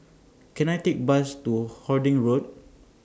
Can I Take Bus to Harding Road